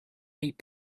eight